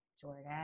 Jordan